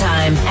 Time